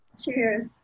cheers